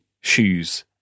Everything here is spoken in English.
shoes